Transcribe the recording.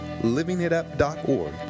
livingitup.org